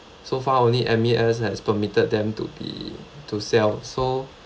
so far only M_A_S has permitted them to be to sell so